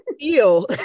feel